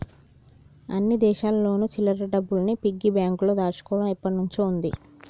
అన్ని దేశాల్లోను చిల్లర డబ్బుల్ని పిగ్గీ బ్యాంకులో దాచుకోవడం ఎప్పటినుంచో ఉంది